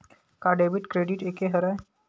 का debit credit एके हरय?